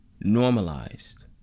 normalized